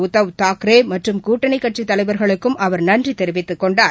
உத்தவ் தாக்கரேமற்றும் கூட்டணிக் கட்சித் தலைவர்களுக்கும் அவர் நன்றிதெரிவித்துக் கொண்டார்